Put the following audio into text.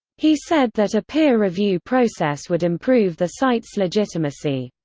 he said that a peer review process would improve the site's legitimacy.